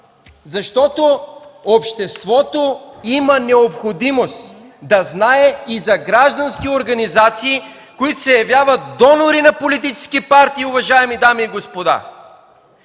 прав? Обществото има необходимост да знае и за граждански организации, които се явяват донори на политически партии, уважаеми дами и господа.